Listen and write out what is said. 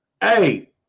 Hey